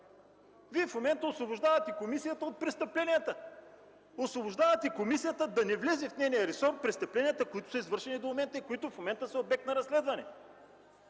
Вие в момента освобождавате комисията от престъпленията. Освобождавате комисията в нейния ресор да не влязат престъпленията, извършени до момента и които към момента са обект на разследване.